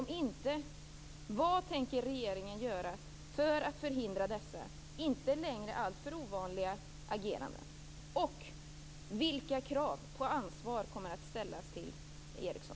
Om inte: Vad tänker regeringen göra för att förhindra dessa, inte längre alltför ovanliga, ageranden? Vilka krav på ansvar kommer att ställas till Ericsson?